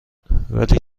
ولی